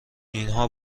اینها